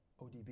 ODB